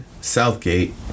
Southgate